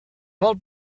vol